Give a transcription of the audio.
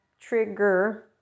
trigger